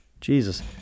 Jesus